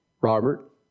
Robert